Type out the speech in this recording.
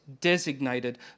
designated